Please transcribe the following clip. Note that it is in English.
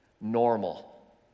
Normal